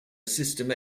system